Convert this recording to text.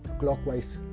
clockwise